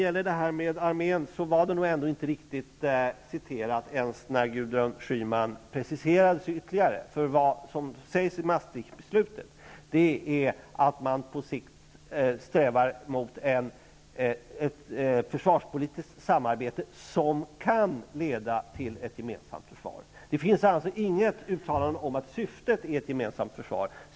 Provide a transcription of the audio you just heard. Beträffande armén var det nog inte riktigt citerat ens när Gudrun Schyman preciserade sig ytterligare. Vad som sägs i Maastrichtbeslutet är att man på sikt strävar mot ett försvarspolitiskt samarbete som kan leda till ett gemensamt försvar. Det finns alltså inget uttalande om att syftet är ett gemensamt försvar.